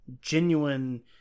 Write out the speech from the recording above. genuine